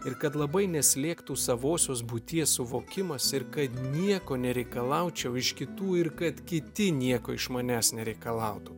ir kad labai neslėgtų savosios būties suvokimas ir kad nieko nereikalaučiau iš kitų ir kad kiti nieko iš manęs nereikalautų